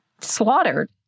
slaughtered